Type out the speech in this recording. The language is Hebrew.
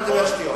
אתה מדבר שטויות.